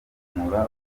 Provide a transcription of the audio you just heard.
kuzamura